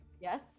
Yes